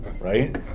Right